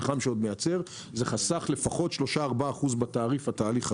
התהליך הזה חסך לפחות 3%-4% בתעריף.